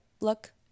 look